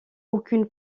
aucune